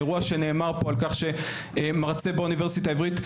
אירוע שנאמר פה על כך שמרצה באוניברסיטה העברית,